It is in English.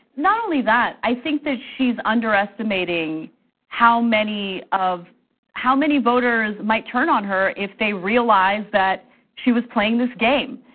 not only that, i think that she's underestimating how many how many voters might turn on her if they realize that she was playing this game.